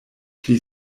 pli